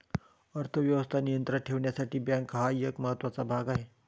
अर्थ व्यवस्था नियंत्रणात ठेवण्यासाठी बँका हा एक महत्त्वाचा भाग आहे